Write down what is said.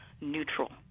neutral